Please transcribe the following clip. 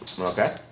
Okay